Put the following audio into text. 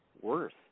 worse